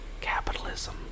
Capitalism